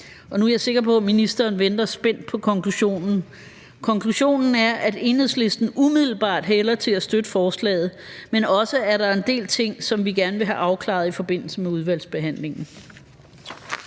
Nu er jeg sikker på, at ministeren venter spændt på konklusionen: Konklusionen er, at Enhedslisten umiddelbart hælder til at støtte forslaget, men at der også er en del ting, som vi gerne vil have afklaret i forbindelse med udvalgsbehandlingen.